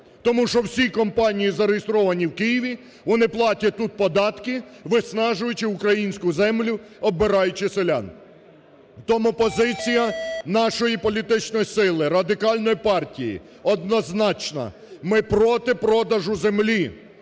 Тому що всі компанії зареєстровані в Києві, вони платять тут податки, виснажуючи українську землю, оббираючи селян. Тому позиція нашої політичної сили Радикальної партії однозначна. Ми проти продажу землі.